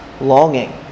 longing